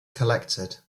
collected